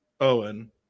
Owen